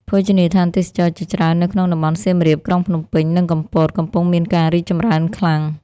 ភោជនីយដ្ឋានទេសចរណ៍ជាច្រើននៅក្នុងតំបន់សៀមរាប ក្រុងភ្នំពេញ និង កំពតកំពុងមានការរីកចម្រើនខ្លាំង។